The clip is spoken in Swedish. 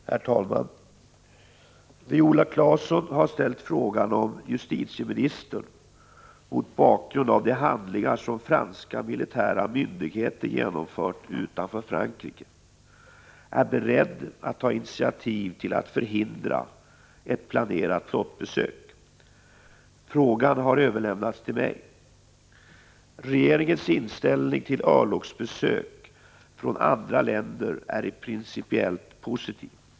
Herr talman! Viola Claesson har ställt frågan om justitieministern, mot bakgrund av de handlingar som franska militära myndigheter genomfört utanför Frankrike, är beredd att ta initiativ till att förhindra ett planerat flottbesök. Frågan har överlämnats till mig. Regeringens inställning till örlogsbesök från andra länder är principiellt positiv.